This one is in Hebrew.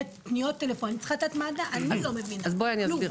פניות טלפוניות צריכה לתת מענה - אני לא מבינה כלום.